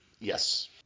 Yes